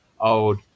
old